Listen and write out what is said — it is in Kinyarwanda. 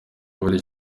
buri